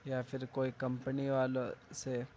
یا پھر کوئی کمپنی والوں سے